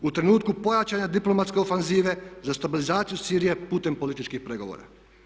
U trenutku pojačane diplomatske ofanzive za stabilizaciju Sirije putem političkih pregovora.